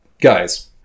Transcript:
guys